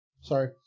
Sorry